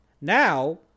Now